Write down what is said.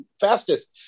fastest